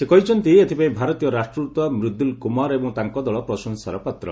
ସେ କହିଛନ୍ତି ଏଥିପାଇଁ ଭାରତୀୟ ରାଷ୍ଟ୍ରଦୃତ ମ୍ରିଦୁଲ୍ କୁମାର ଏବଂ ତାଙ୍କ ଦଳ ପ୍ରଶଂସାର ପାତ୍ର